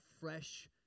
fresh